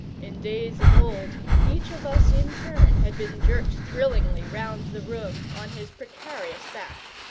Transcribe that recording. in days of old each of us in turn had been jerked thrillingly round the room on his precarious back,